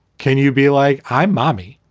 can you be like, hi, mommy